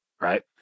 Right